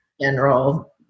General